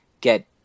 get